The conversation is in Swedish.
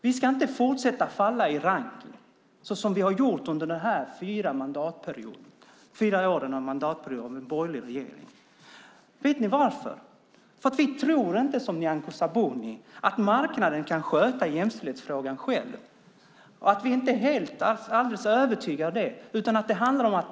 Vi ska inte fortsätta att falla i rankningen, vilket vi gjort under dessa fyra år med borgerlig regering. Vi tror inte, till skillnad från Nyamko Sabuni, att marknaden kan sköta jämställdhetsfrågan. Vi är alldeles övertygade om att marknaden inte kan det.